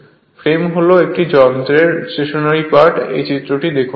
frame হল একটি যন্ত্রের স্টেশনারি পার্ট এই চিত্রটিতে দেখুন